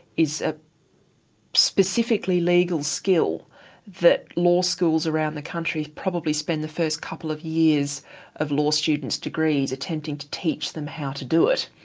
is a specifically legal skill that law schools around the country probably spend the first couple of years of law students' degrees attempting to teach them how to do it.